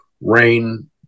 rain